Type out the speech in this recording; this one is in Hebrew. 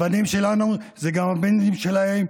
הבנים שלנו הם גם הבנים שלהם,